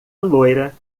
loira